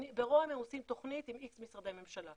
ברוה"מ הם עושים תוכנית עם איקס משרדי הממשלה,